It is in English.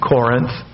Corinth